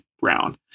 brown